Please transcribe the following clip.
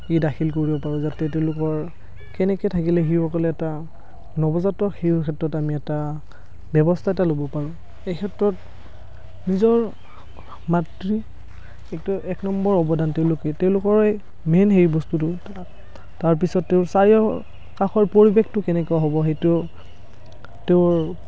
ই দাখিল কৰিব পাৰে যাতে তেওঁলোকৰ কেনেকে থাকিলে শিশুসকলে এটা নৱজাতক শিশুৰ ক্ষেত্ৰত আমি এটা ব্যৱস্থা এটা ল'ব পাৰোঁ এই ক্ষেত্ৰত নিজৰ মাতৃ একটো এক নম্বৰ অৱদান তেওঁলোকে তেওঁলোকৰে মেইন সেই বস্তুটো তাৰপিছতে চাৰিও কাষৰ পৰিৱেশটো কেনেকুৱা হ'ব সেইটো তেওঁৰ